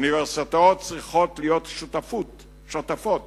האוניברסיטאות צריכות להיות שותפות